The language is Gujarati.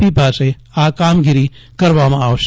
પી પાસે આ કામગીરી કરવામાં આવશે